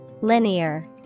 Linear